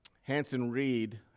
Hanson-Reed